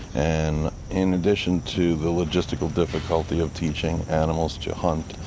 and in addition to the logistical difficulty of teaching animals to hunt,